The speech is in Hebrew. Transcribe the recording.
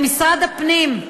למשרד הפנים,